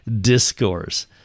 discourse